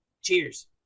Cheers